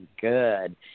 good